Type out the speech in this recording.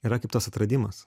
yra kaip tas atradimas